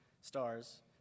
stars